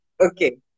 Okay